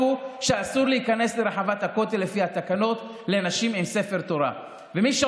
ומגיע